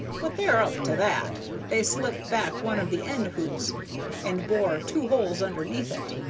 but they're up to that they slip back one of the end hoops and bore two holes underneath it,